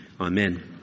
Amen